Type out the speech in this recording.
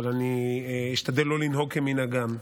אבל אני אשתדל לא לנהוג כמנהגם.